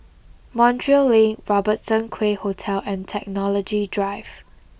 Montreal Link Robertson Quay Hotel and Technology Drive